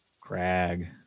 Crag